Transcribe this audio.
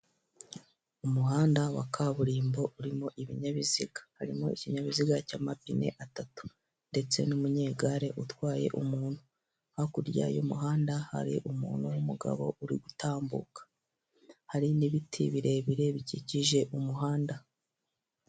Umuhanda wa kaburimbo urimo ibinyabiziga harimo ikinyabiziga cy'amapine atatu ndetse n'umunyegare utwaye umuntu, hakurya y'umuhanda hari umuntu w'umugabo uri gutambuka, hari n'ibiti birebire bikikije umuhanda.